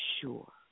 sure